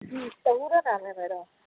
جی طہورہ نام ہے میرا